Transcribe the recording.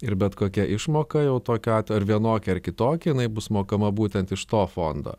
ir bet kokia išmoka jau tokia ar vienokia ar kitokia jinai bus mokama būtent iš to fondo